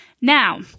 Now